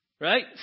Right